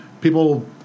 people